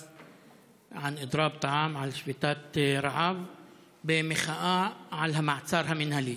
על שביתת רעב במחאה על המעצר המינהלי,